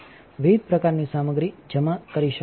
વિવિધ પ્રકારની સામગ્રી જમા કરી શકાય છે